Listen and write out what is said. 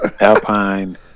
Alpine